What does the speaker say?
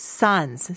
sons